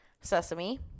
Sesame